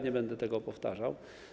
Nie będę tego powtarzał.